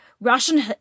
Russian